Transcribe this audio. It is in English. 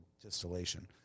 distillation